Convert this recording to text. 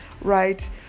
right